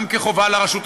גם כחובה לרשות השנייה,